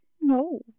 No